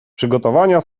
przygotowania